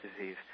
disease